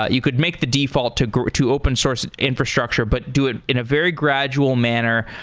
ah you could make the default to to open source infrastructure, but do it in a very gradual manner,